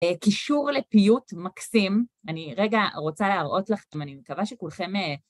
קישור לפיוט מקסים, אני רגע רוצה להראות לכם, אני מקווה שכולכם...